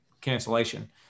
cancellation